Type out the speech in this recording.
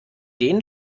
denen